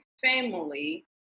family